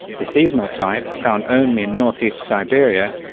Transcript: the seasonal type, found only in ne siberia,